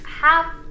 half